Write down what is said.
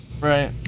Right